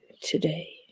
today